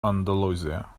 andalusia